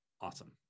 awesome